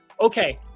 Okay